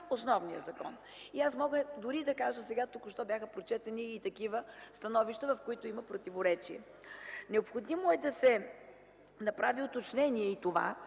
основния закон. Мога дори да кажа, че току-що бяха прочетени и такива становища, в които има противоречие. Необходимо е да се направи уточнение и това,